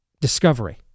discovery